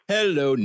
Hello